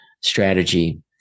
strategy